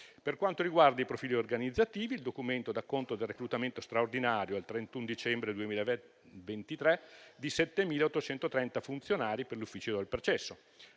Per quanto riguarda i profili organizzativi, il Documento dà conto del reclutamento straordinario al 31 dicembre 2023 di 7.830 funzionari per l'ufficio del processo,